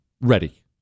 Ready